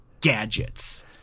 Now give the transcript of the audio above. Gadgets